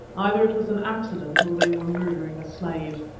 either it was an accident or they were murdering a slave.